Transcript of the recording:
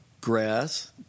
grass